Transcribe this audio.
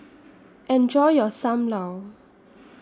Enjoy your SAM Lau